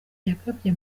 yagabye